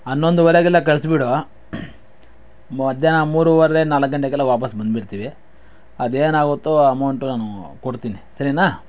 ಹನ್ನೊಂದುವರೆಗೆಲ್ಲ ಕಳಿಸಿಬಿಡು ಮಧ್ಯಾಹ್ನ ಮೂರುವರೆ ನಾಲ್ಕು ಗಂಟೆಗೆಲ್ಲ ವಾಪಸು ಬಂದುಬಿಡ್ತೀವಿ ಅದೇನಾಗುತ್ತೋ ಅಮೌಂಟ್ ನಾನು ಕೊಡ್ತೀನಿ ಸರಿನಾ